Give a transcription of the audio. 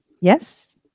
Yes